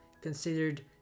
considered